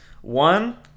one